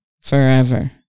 forever